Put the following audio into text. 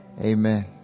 Amen